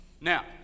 Now